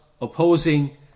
opposing